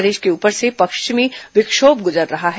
प्रदेश के ऊपर से पश्चिमी विक्षोम गुजर रहा है